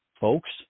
folks